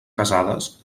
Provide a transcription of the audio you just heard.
casades